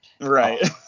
Right